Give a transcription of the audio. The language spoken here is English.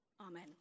Amen